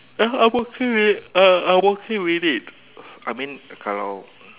tell her I'm working late uh I'm working a bit late I mean kalau